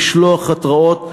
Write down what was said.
לשלוח התראות,